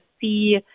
see